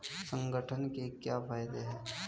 संगठन के क्या फायदें हैं?